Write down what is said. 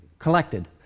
Collected